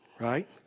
right